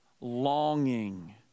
longing